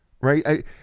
right